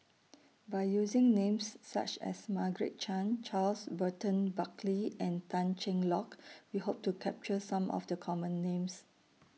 By using Names such as Margaret Chan Charles Burton Buckley and Tan Cheng Lock We Hope to capture Some of The Common Names